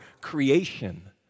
creation